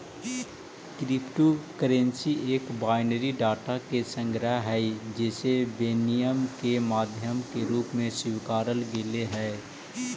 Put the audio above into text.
crypto currency एक binary data के संग्रह हइ जेसे विनिमय के माध्यम के रूप में स्वीकारल गेले हइ